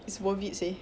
it's worth it seh